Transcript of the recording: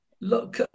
Look